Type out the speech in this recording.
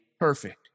perfect